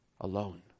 alone